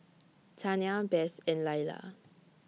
Tania Bess and Lyla